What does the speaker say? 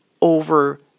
over